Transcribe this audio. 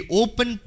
open